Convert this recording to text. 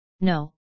No